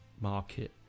market